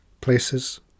places